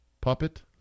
puppet